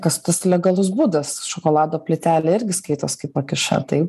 kas tas legalus būdas šokolado plytelė irgi skaitos kaip pakiša tai